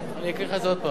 אני אקריא לך את זה עוד פעם.